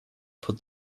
put